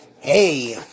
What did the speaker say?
Hey